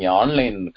online